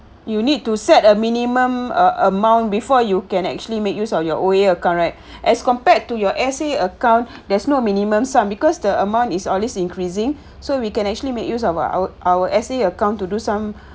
you need to set a minimum amount before you can actually make use of your O_A account right as compared to your S_A account there's no minimum sum because the amount is always increasing so we can actually make use of our our S_A account to do some